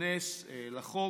ייכנס לחוק.